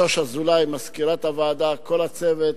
שוש אזולאי מזכירת הוועדה וכל הצוות,